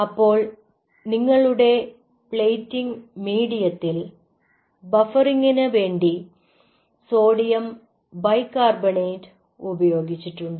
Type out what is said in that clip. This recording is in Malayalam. അപ്പോൾ നിങ്ങളുടെ പ്ലേറ്റിംഗ് മീഡിയത്തിൽ ബഫറിങ്ങിനു വേണ്ടി സോഡിയം ബൈകാർബണേറ്റ് ഉപയോഗിച്ചിട്ടുണ്ട്